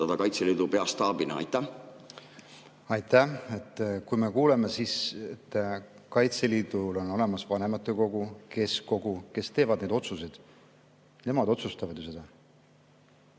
Kaitseliidu peastaabina? Aitäh! Me kuuleme, et Kaitseliidul on olemas vanematekogu, on keskkogu, kes teevad neid otsuseid. Nemad otsustavad ju seda.